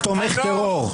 אתה תומך טרור.